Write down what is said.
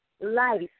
life